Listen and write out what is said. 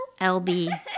LB